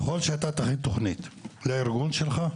ככל שאתה תכין תכנית לארגון שלך,